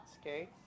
okay